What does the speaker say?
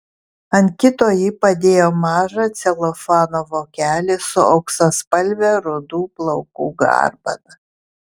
ant kito ji padėjo mažą celofano vokelį su auksaspalve rudų plaukų garbana